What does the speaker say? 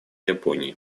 японии